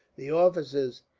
the officers,